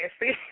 see